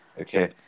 Okay